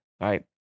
Right